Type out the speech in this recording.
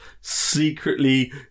secretly